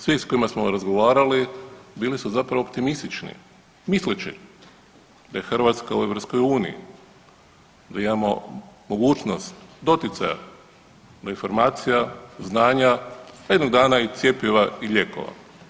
svi sa kojima smo razgovarali bili su zapravo optimistični misleći da je Hrvatska u EU, da imamo mogućnost doticaja do informacija, znanja, pa jednog dana i cjepiva i lijekova.